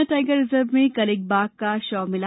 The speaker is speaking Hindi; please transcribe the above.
पन्ना टाइगर रिजर्व में कल एक बाघ का शव मिला